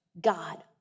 God